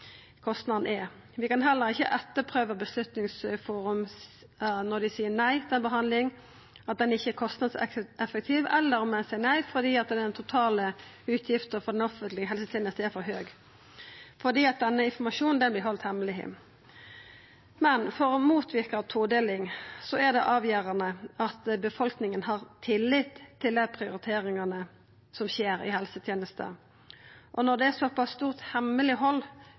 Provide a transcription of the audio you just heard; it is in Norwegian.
kostnaden er. Vi kan heller ikkje etterprøve Beslutningsforum om dei seier nei til behandling fordi behandlinga ikkje er kostnadseffektiv, eller om dei seier nei fordi den totale utgifta for den offentlege helsetenesta er for høg. Denne informasjonen vert halden hemmeleg. For å motverka ei todeling er det avgjerande at befolkninga har tillit til prioriteringane som vert gjorde i helsetenesta. Når det er så pass stort